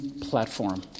platform